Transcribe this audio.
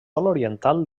oriental